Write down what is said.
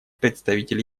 представитель